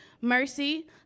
mercy